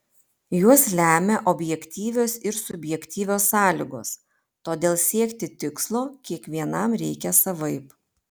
juos lemia objektyvios ir subjektyvios sąlygos todėl siekti tikslo kiekvienam reikia savaip